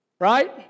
right